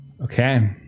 Okay